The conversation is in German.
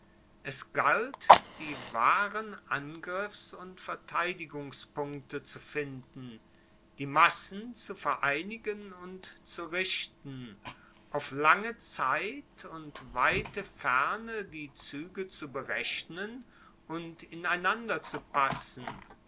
es galt die wahren angriffs und verteidigungspunkte zu finden die massen zu vereinigen und zu richten auf lange zeit und weite ferne die zuege zu berechnen und